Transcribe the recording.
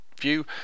view